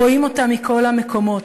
רואים אותה מכל המקומות.